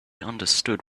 understood